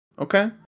Okay